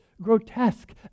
grotesque